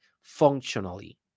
functionally